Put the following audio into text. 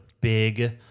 big